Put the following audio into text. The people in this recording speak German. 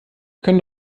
können